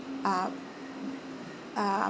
uh uh